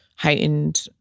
heightened